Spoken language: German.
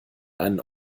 einen